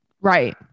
right